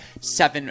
seven